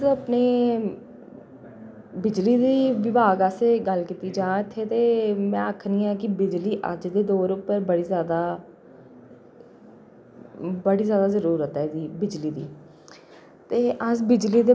बडी ज़ादा जरूरत ऐ एह्दी बिजली दी ते अस बिजली दे बगैर ते बिल्कुल नेईं रेही सकने जियां पानी दे बगैर रूट्टी दे बगैर निं रेही सकने रूट्टी दे बगैर फिर बी शायद रेही जाचै पर लेकिन बिजली दे बगैर अज्ज दा आम बंदा जेह्ड़ा ऐ बिल्कुल बी नेईं रेही सकदा ऐ